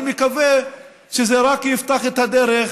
אני מקווה שזה רק יפתח את הדרך